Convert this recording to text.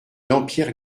dampierre